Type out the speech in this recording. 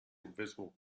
invisible